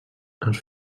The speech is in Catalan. els